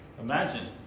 Imagine